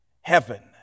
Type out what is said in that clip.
heaven